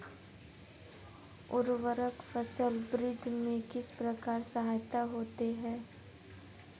उर्वरक फसल वृद्धि में किस प्रकार सहायक होते हैं?